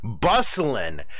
bustling